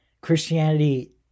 Christianity